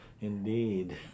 Indeed